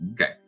Okay